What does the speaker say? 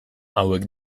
hauek